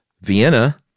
Vienna